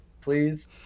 please